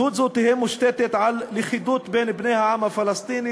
זהות זו תהא מושתתת על לכידות בין בני העם הפלסטיני,